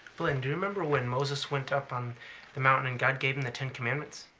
blynn, do you remember when moses went up on the mountain and god gave him the ten commandments?